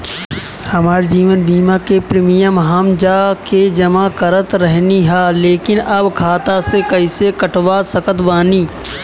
हमार जीवन बीमा के प्रीमीयम हम जा के जमा करत रहनी ह लेकिन अब खाता से कइसे कटवा सकत बानी?